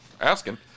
asking